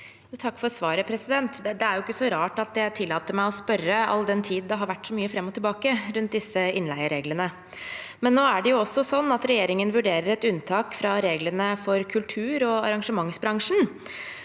Takk for svaret. Det er jo ikke så rart at jeg tillater meg å spørre, all den tid det har vært så mye fram og tilbake rundt disse innleiereglene. Nå er det også sånn at regjeringen vurderer et unntak fra reglene for kultur- og arrangementsbransjen,